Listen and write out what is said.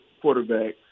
quarterback